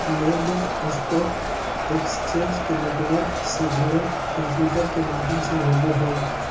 लेन देन stock exchange के network से जुड़ल कंम्प्यूटर के माध्यम से होबो हइ